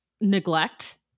neglect